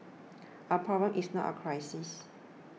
a problem is not a crisis